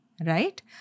right